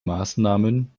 maßnahmen